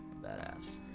Badass